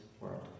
world